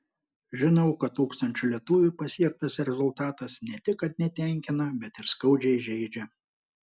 žinau kad tūkstančių lietuvių pasiektas rezultatas ne tik kad netenkina bet ir skaudžiai žeidžia